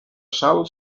sal